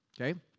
okay